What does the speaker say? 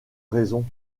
raison